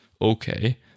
okay